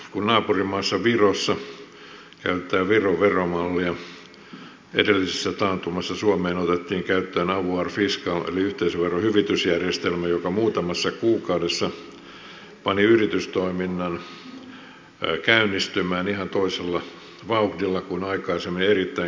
kun naapurimaassa virossa käytetään viron veromallia edellisessä taantumassa suomeen otettiin käyttöön avoir fiscal eli yhteisöveron hyvitysjärjestelmä joka muutamassa kuukaudessa pani yritystoiminnan käynnistymään ihan toisella vauhdilla kuin aikaisemmin erittäin korkea progressio